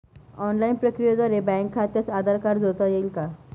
Online प्रक्रियेद्वारे bank खात्यास Aadhaar card जोडता येईल का?